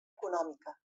econòmica